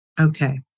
Okay